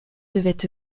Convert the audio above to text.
devait